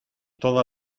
toda